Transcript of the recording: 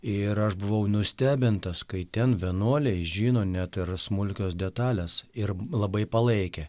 ir aš buvau nustebintas kai ten vienuoliai žino net ir smulkios detales ir labai palaikė